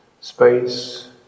space